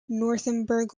northumberland